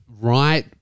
right